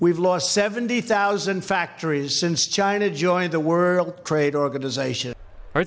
we've lost seventy thousand factories since china joined the world trade organization